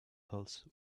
pulse